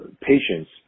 patients